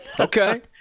Okay